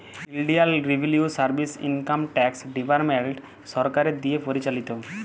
ইলডিয়াল revenue service income tax department সরকারের দিঁয়ে পরিচালিত